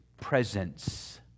presence